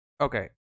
Okay